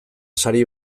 sari